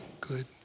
good